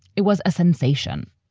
it was a sensation.